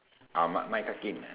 ah mic mic testing